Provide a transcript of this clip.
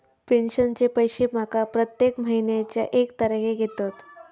पेंशनचे पैशे माका प्रत्येक महिन्याच्या एक तारखेक येतत